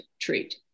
treat